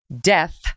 Death